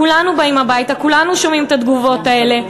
כולנו באים הביתה, כולנו שומעים את התגובות האלה.